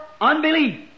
unbelief